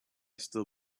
still